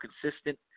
consistent